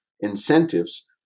incentives